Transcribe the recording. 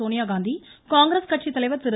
சோனியாகாந்தி காங்கிரஸ் கட்சித்தலைவர் திரு